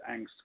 angst